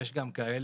יש גם כאלה,